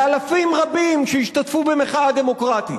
לאלפים רבים שהשתתפו במחאה דמוקרטית.